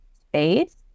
space